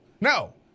no